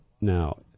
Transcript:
Now